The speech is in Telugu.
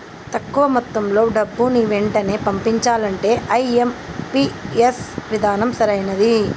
తక్కువ మొత్తంలో డబ్బుని వెంటనే పంపించాలంటే ఐ.ఎం.పీ.ఎస్ విధానం సరైనది